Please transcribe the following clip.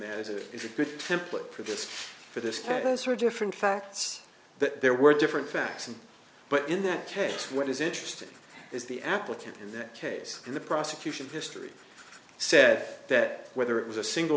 as it is a good template for this for the status or different facts that there were different facts and but in that case what is interesting is the applicant in that case the prosecution history said that whether it was a single